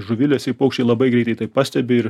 žuvilesiai paukščiai labai greitai tai pastebi ir